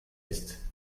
ist